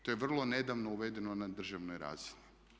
To je vrlo nedavno uvedeno na državnoj razini.